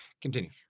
Continue